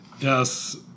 Yes